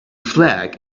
flag